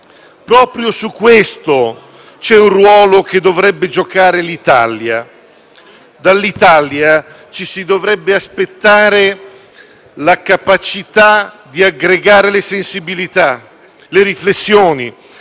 Proprio su questo vi è un ruolo che dovrebbe giocare l'Italia. Dall'Italia ci si dovrebbe aspettare la capacità di aggregare le sensibilità, le riflessioni,